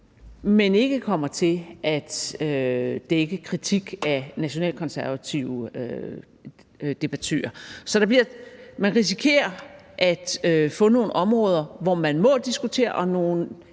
men ikke kommer til at dække kritik af nationalkonservative debattører. Man risikerer at få nogle områder, hvor man må diskutere, og nogle